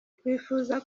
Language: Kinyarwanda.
twifuza